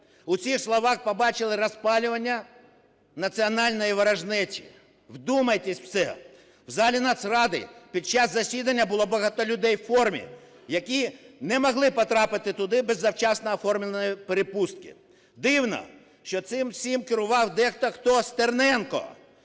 У цих словах побачили розпалювання національної ворожнечі. Вдумайтесь в це, в залі Нацради під час засідання було багато людей у формі, які не могли потрапити туди без завчасно оформленої перепустки. Дивно, що цим усім керував дехто, хто? Стерненко,